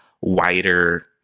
wider